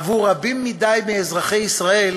עבור רבים מדי מאזרחי ישראל